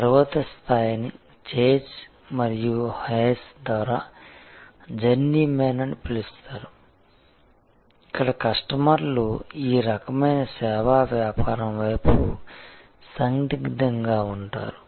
తరువాతి స్థాయిని ఛేజ్ మరియు హేస్ ద్వారా జర్నీ మ్యాన్ అని పిలుస్తారు ఇక్కడ కస్టమర్లు ఈ రకమైన సేవా వ్యాపారం వైపు సందిగ్ధంగా ఉంటారు